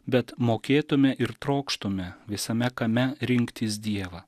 bet mokėtume ir trokštume visame kame rinktis dievą